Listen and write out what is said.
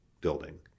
building